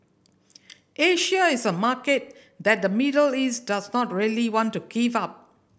Asia is a market that the Middle East does not really want to give up